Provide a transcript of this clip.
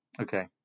Okay